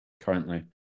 currently